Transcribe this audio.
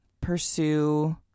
pursue